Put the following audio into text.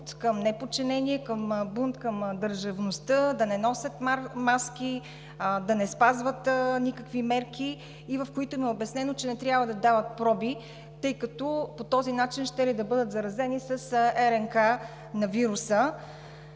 към неподчинение – бунт към държавността, да не носят маски, да не спазват никакви мерки, и в която им е обяснено, че не трябва да дават проби, тъй като по този начин щели да бъдат заразени с РНК-вируса.